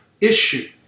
issue